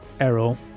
Errol